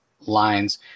lines